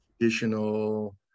traditional